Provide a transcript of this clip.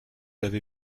l’avez